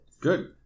Good